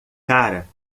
cara